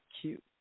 cute